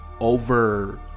over